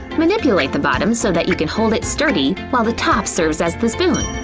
manipulate the bottom so that you can hold it sturdy while the top serves as the spoon.